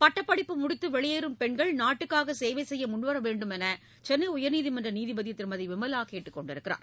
பட்டப்படிப்பு முடித்து வெளியேறும் பெண்கள் நாட்டுக்காக சேவை செய்ய முன்வர வேண்டும் என சென்னை உயர்நீதிமன்ற நீதிபதி திருமதி விமலா கேட்டுக் கொண்டுள்ளார்